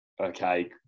Okay